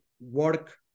work